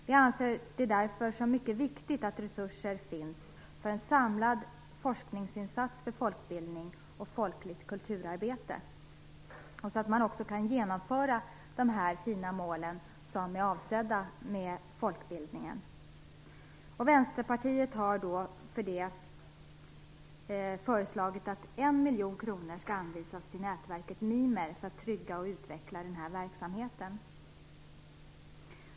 Vi anser det därför som mycket viktigt att resurser finns för en samlad forskningsinsats för folkbildning och folkligt kulturarbete, så att man kan uppnå de fina mål som är uppställda för folkbildningen. Vänsterpartiet har därför föreslagit att 1 miljon kronor skall anvisas till nätverket MIMER, för att trygga och utveckla den verksamheten.